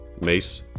Mace